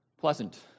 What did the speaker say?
pleasant